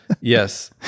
yes